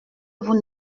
vous